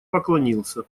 поклонился